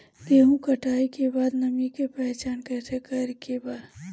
गेहूं कटाई के बाद नमी के पहचान कैसे करेके बा?